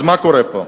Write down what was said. אז מה קורה פה?